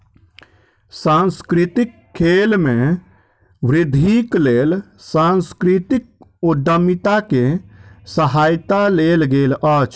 सांस्कृतिक खेल में वृद्धिक लेल सांस्कृतिक उद्यमिता के सहायता लेल गेल अछि